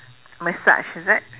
massage is it